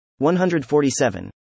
147